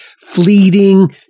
fleeting